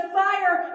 fire